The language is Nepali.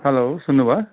हेलो सुन्नुभयो